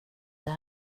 det